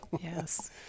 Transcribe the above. Yes